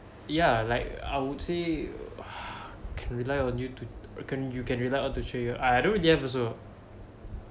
ya like I would say can rely on you to you can rely on to cheer you up I I don't really have also